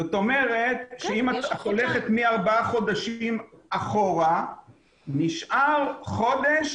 זאת אומרת שאם את הולכת מארבעה חודשים אחורה נשאר חודש